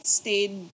stayed